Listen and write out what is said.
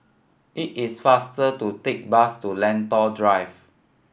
it is faster to take bus to Lentor Drive